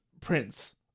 Prince